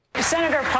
Senator